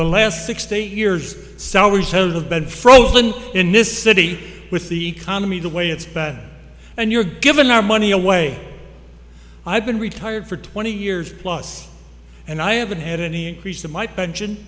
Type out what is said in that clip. the last sixty years salaries have been frozen in this city with the economy the way it's bad and you're given our money away i've been retired for twenty years plus and i haven't had any increase in my pension